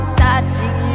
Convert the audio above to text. touching